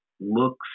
looks